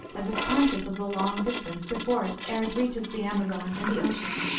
as if conscious of the long distance before it ere it reaches the amazon and the ocean.